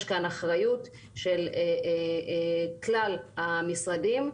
יש כאן אחריות של כלל המשרדים.